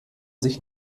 sich